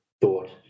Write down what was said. thought